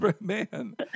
man